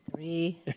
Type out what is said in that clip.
three